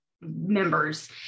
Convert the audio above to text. members